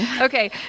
Okay